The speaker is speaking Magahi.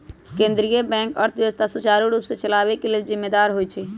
केंद्रीय बैंक अर्थव्यवस्था सुचारू रूप से चलाबे के लेल जिम्मेदार होइ छइ